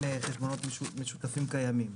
חשבונות משותפים קיימים.